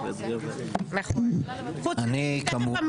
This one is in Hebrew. חוץ מזה,